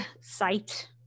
site